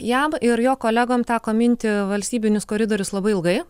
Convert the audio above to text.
jam ir jo kolegom teko minti valstybinius koridorius labai ilgai